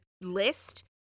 list